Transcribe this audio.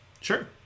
Sure